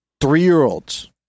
Three-year-olds